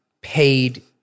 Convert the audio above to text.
paid